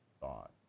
thought